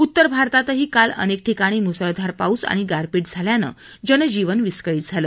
उत्तर भारतातीही काल अनेक ठिकाणी मुसळधार पाऊस आणि गारपीट झाल्यानं जनजीवन विस्कळीत झालं